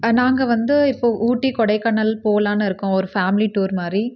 நாங்கள் வந்து இப்போ ஊட்டி கொடைக்கானல் போகலாம்னு இருக்கோம் ஒரு ஃபேமிலி டூர் மாதிரி